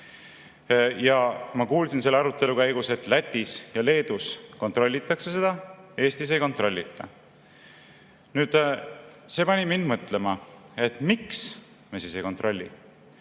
Ja ma kuulsin selle arutelu käigus, et Lätis ja Leedus kontrollitakse seda, Eestis ei kontrollita. See pani mind mõtlema, et miks me siis ei kontrolli.